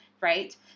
Right